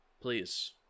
please